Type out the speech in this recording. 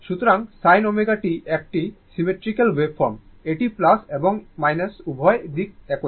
সুতরাং sin ω t একটি symmetrical waveform এটি এবং উভয় দিক একই